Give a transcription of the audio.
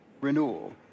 renewal